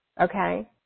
Okay